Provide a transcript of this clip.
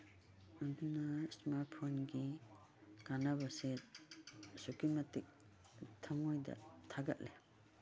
ꯑꯗꯨꯅ ꯏꯁꯃꯥꯔꯠ ꯐꯣꯟꯒꯤ ꯀꯥꯟꯅꯕꯁꯦ ꯑꯁꯨꯛꯀꯤ ꯃꯇꯤꯛ ꯊꯝꯃꯣꯏꯗ ꯊꯥꯒꯠꯂꯦ